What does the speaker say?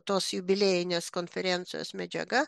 tos jubiliejinės konferencijos medžiaga